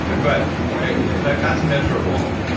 but like that's measurable,